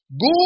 Go